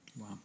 Wow